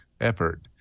effort